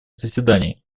заседаний